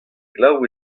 glav